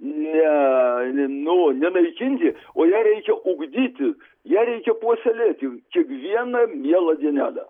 ne nu nenaikinti o ją reikia ugdyti ją reikia puoselėti kiekvieną mielą dienelę